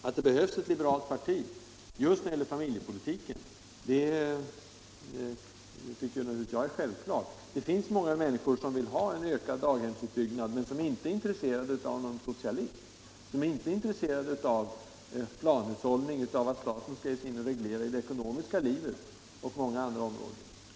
Att det behövs ett liberalt parti just när det gäller familjepolitiken är klart. Det finns många människor som vill ha en ökad daghemsutbyggnad men som inte är intresserade av någon socialism, som inte vill ha planhushållning, eller att staten skall ge sig in och reglera i det ekonomiska livet och på andra områden.